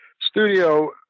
studio